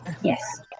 Yes